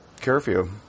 curfew